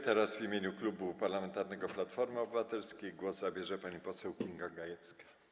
Teraz w imieniu Klubu Parlamentarnego Platforma Obywatelska głos zabierze pani poseł Kinga Gajewska.